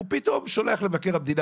הוא פתאום שולח למבקר המדינה